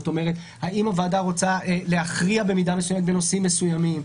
למשל האם הוועדה רוצה להכריע במידה מסוימת בנושאים מסוימים,